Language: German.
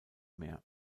mehr